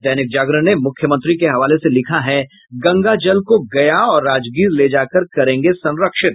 दैनिक जागरण ने मुख्यमंत्री के हवाले से लिखा है गंगाजल को गया और राजगीर ले जाकर करेंगे संरक्षित